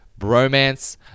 bromance